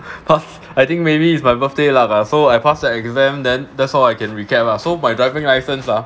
pass I think maybe it's my birthday lah so I pass the exam then that's all I can recap lah so my driving license ah